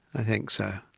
i think so.